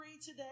today